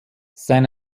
san